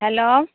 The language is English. hello